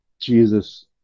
Jesus